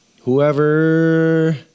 whoever